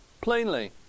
plainly